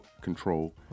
control